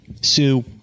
Sue